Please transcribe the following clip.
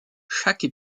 chaque